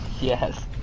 Yes